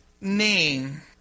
name